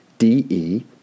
d-e